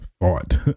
thought